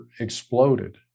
exploded